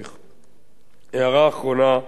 הערה אחרונה, אדוני היושב-ראש: